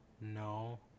No